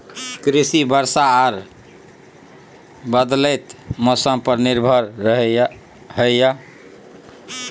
कृषि वर्षा आर बदलयत मौसम पर निर्भर हय